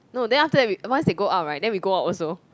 no then after that we once they go out right then we go out also